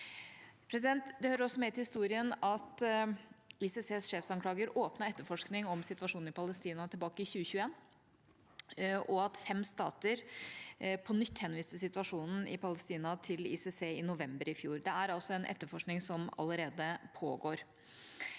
for ICC. Det hører også med til historien at ICCs sjefanklager åpnet etterforskning om situasjonen i Palestina tilbake i 2021, og at fem stater på nytt henviste situasjonen i Pa lestina til ICC i november i fjor. Det er altså en etterforskning som allerede pågår.